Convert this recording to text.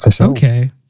Okay